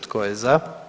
Tko je za?